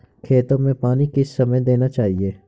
खेतों में पानी किस समय देना चाहिए?